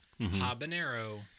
habanero